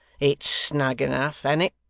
it's snug enough, an't